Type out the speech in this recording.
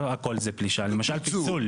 לא הכל זה פלישה, למשל פיצול.